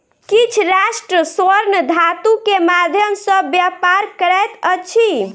किछ राष्ट्र स्वर्ण धातु के माध्यम सॅ व्यापार करैत अछि